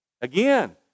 Again